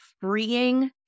freeing